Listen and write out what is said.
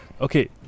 Okay